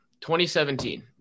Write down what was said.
2017